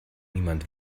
niemand